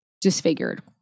disfigured